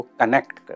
connect